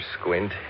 Squint